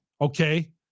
Okay